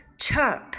Chirp